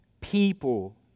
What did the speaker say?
people